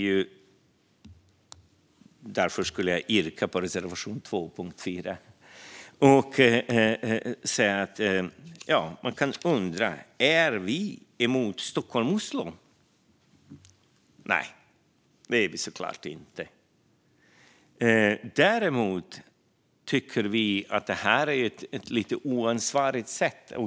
Jag yrkar bifall till reservation 2 under punkt 4. Man kan undra om vi är emot Stockholm-Oslo. Nej, det är vi såklart inte. Däremot tycker vi att detta är ett lite oansvarigt sätt.